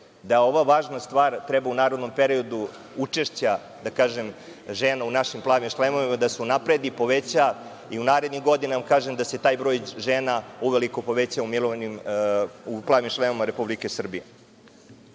da ova važna stvar treba u narednom periodu, učešća žena u našim „plavim šlemovima“, da se unapredi, poveća i u narednim godinama, da se taj broj žena uveliko poveća u „plavim šlemovima“ Republike Srbije. Malopre